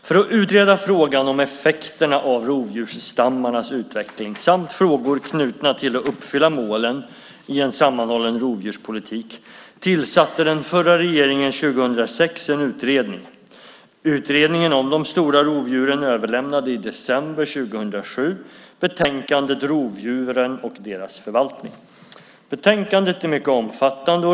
För att utreda frågan om effekterna av rovdjursstammarnas utveckling samt frågor knutna till att uppfylla målen i en sammanhållen rovdjurspolitik tillsatte den förra regeringen 2006 en utredning. Utredningen om de stora rovdjuren överlämnade i december 2007 betänkandet Rovdjuren och deras förvaltning . Betänkandet är mycket omfattande.